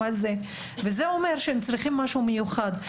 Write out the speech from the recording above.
הזה וזה אומר שהם צריכים משהו מיוחד,